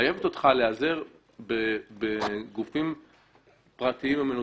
מחייבת אותך להיעזר בגופים פרטיים ומנוסים.